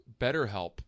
BetterHelp